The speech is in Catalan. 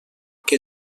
que